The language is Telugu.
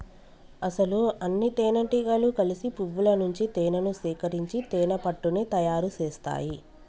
అసలు అన్నితేనెటీగలు కలిసి పువ్వుల నుంచి తేనేను సేకరించి తేనెపట్టుని తయారు సేస్తాయి